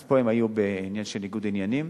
אז פה הם היו בעניין של ניגוד עניינים.